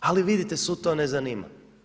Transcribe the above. Ali vidite sud to ne zanima.